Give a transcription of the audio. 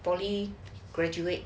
poly graduate